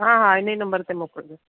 हा हा इन ई नंबर ते मोकिलिजो